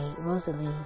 Rosalie